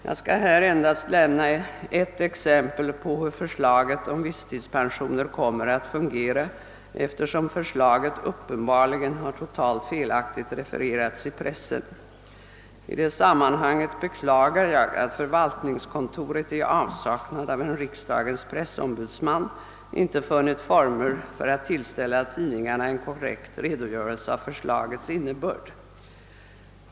Jag skall här endast lämna ett exempel på hur förslaget om visstidspensioner kommer att fungera. Jag gör det därför att förslaget uppenbarligen har refererats totalt felaktigt i pressen. I det sammanhanget beklagar jag att förvaltningskontoret i avsaknad av en riksdagens pressombudsman inte funnit former för att tillställa tidningarna en korrekt redogörelse för förslagets innebörd.